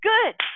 Good